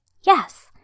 Yes